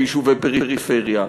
ביישובי פריפריה,